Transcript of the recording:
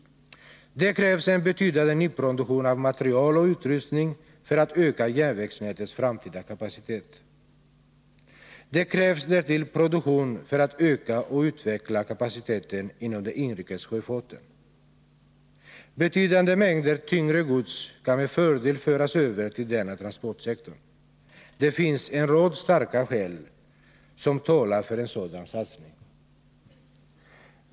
Det krävs en betydande nyproduktion av material och utrustning för att öka järnvägsnätets framtida kapacitet. Det krävs därtill produktion för att öka och utveckla kapaciteten inom den inrikes sjöfarten. Betydande mängder tyngre gods kan med fördel föras över till denna transportsektor. Det finns en rad starka skäl som talar för en sådan satsning.